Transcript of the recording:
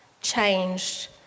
changed